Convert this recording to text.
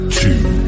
two